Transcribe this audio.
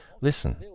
listen